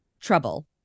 trouble